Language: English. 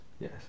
yes